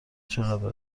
چقدر